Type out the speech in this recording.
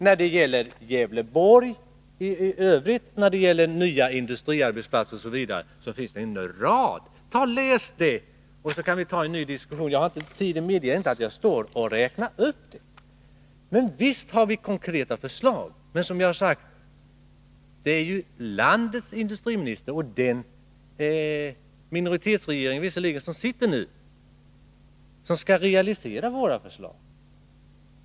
När det gäller Gävleborg i övrigt, när det gäller nya industriarbetsplatser osv. finns det en rad förslag. Läs dem, så kan vi sedan ta en ny diskussion. Tiden medger inte att jag står och räknar upp dem, men visst har vi konkreta förslag. Som jag har sagt: Det är ju landets industriminister och regering — en minoritetsregering visserligen — som skall realisera våra förslag.